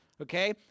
Okay